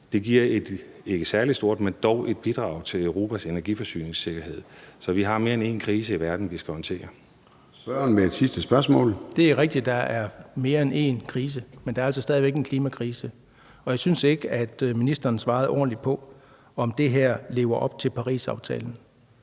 Det giver et ikke særlig stort, men dog et bidrag til Europas energiforsyningssikkerhed. Så vi har mere end én krise i verden, vi skal håndtere. Kl. 14:36 Formanden (Søren Gade): Spørgeren for sit sidste spørgsmål. Kl. 14:36 Søren Egge Rasmussen (EL): Det er rigtigt, at der er mere end én krise, men der er altså stadig væk en klimakrise, og jeg synes ikke, at ministeren svarede ordentligt på, om det her lever op til Parisaftalen.